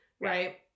right